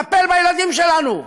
טפל בילדים שלנו.